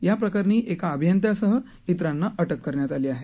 याप्रकरणी एका अभियंत्यासह इतरांना अटक करण्यात आली आहे